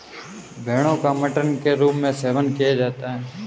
भेड़ो का मटन के रूप में सेवन किया जाता है